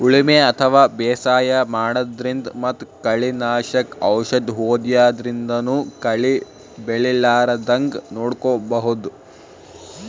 ಉಳಿಮೆ ಅಥವಾ ಬೇಸಾಯ ಮಾಡದ್ರಿನ್ದ್ ಮತ್ತ್ ಕಳಿ ನಾಶಕ್ ಔಷದ್ ಹೋದ್ಯಾದ್ರಿನ್ದನೂ ಕಳಿ ಬೆಳಿಲಾರದಂಗ್ ನೋಡ್ಕೊಬಹುದ್